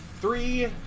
Three